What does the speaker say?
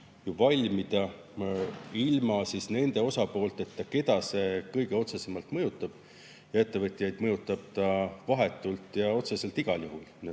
valmida ilma nende osapoolteta, keda see kõige otsesemalt mõjutab, ja ettevõtjaid mõjutab see vahetult ja otseselt igal juhul.